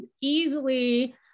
easily